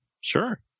Sure